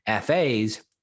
FAs